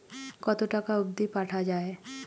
কতো টাকা অবধি পাঠা য়ায়?